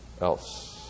else